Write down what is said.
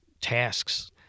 tasks